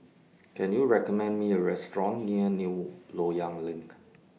Can YOU recommend Me A Restaurant near New Loyang LINK